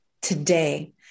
today